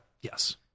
Yes